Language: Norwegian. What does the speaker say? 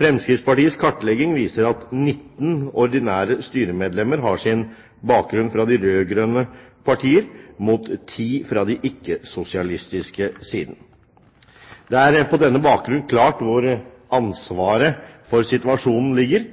Fremskrittspartiets kartlegging viser at 19 ordinære styremedlemmer har sin bakgrunn fra de rød-grønne partier mot ti fra ikke-sosialistiske side. Det er på denne bakgrunn klart hvor ansvaret for situasjonen ligger,